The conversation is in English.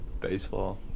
Baseball